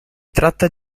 tratta